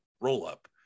roll-up